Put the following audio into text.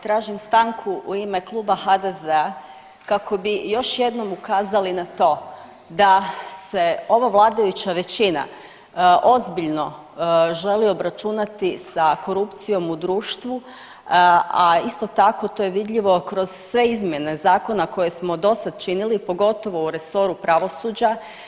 Tražim stanku u ime Kluba HDZ-a kako bi još jednom ukazali na to da se ova vladajuća većina ozbiljno želi obračunati sa korupcijom u društvu, a isto tako to je vidljivo kroz sve izmjene zakona koje smo dosad činili, pogotovo u resoru pravosuđa.